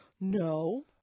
No